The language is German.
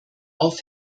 auf